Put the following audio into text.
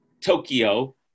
Tokyo